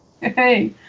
Hey